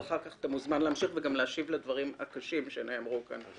ואחר כך אתה מוזמן להשיב לדברים הקשים שנאמרו כאן.